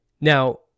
now